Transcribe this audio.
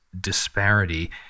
disparity